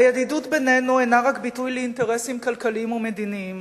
הידידות בינינו אינה רק ביטוי לאינטרסים כלכליים ומדיניים.